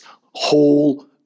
whole